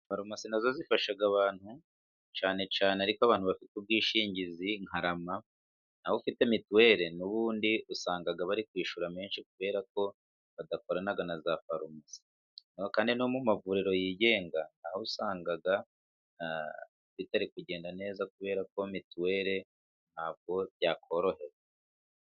Farumasi na zo zifasha abantu cyane cyane ariko abantu bafite ubwishingizi nka RAMA, naho ufite mituweli n'ubundi usanga bari kwiyishura menshi kubera ko badakorana na za Farumasi kandi no mu mavuriro yigenga na ho usanga bitari kugenda neza kubera ko mituweli ntabwo byakorohera.